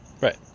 Right